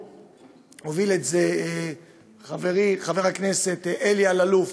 הוביל את זה חברי חבר הכנסת אלי אלאלוף